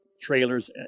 trailers